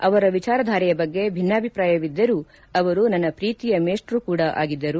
ಅವರ ವಿಚಾರಧಾರೆಯ ಬಗ್ಗೆ ಭಿನ್ನಾಭಿಪ್ರಾಯವಿದ್ದರೂ ಅವರು ನನ್ನ ಪ್ರೀತಿಯ ಮೇಷ್ಟು ಕೂಡ ಆಗಿದ್ದರು